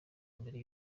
imbere